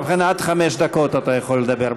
לכן עד חמש דקות אתה יכול לדבר.